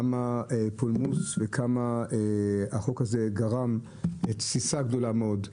כמה פולמוס ועד כמה הוא גרם לתסיסה גדולה מאוד,